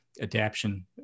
adaption